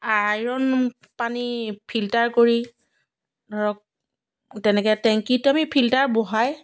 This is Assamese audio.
আইৰন পানী ফিল্টাৰ কৰি ধৰক তেনেকৈ টেংকিতো আমি ফিল্টাৰ বহাই